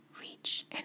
reach